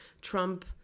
Trump